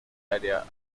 área